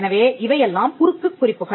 எனவே இவையெல்லாம் குறுக்குக் குறிப்புகள்